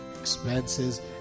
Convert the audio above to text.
expenses